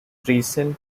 recent